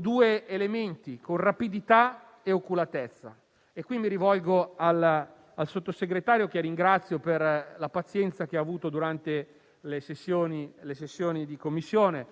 due elementi: rapidità e oculatezza. Qui mi rivolgo al Sottosegretario, che ringrazio per la pazienza che ha avuto durante le sessioni di Commissione,